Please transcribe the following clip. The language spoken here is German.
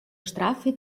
strafe